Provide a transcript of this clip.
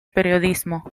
periodismo